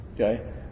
Okay